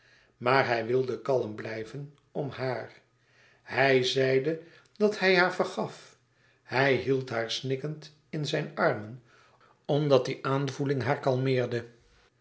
maar hij wilde kalm blijven om haar hij zeide dat hij haar vergaf hij hield haar snikkend in zijn armen omdat die aanvoeling haar kalmeerde